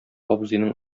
абзыйның